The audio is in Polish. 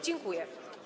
Dziękuję.